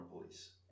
police